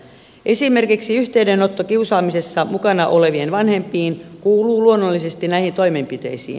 esimerkiksi yhteydenotto kiusaamisessa mukana olevien vanhempiin kuuluu luonnollisesti näihin toimenpiteisiin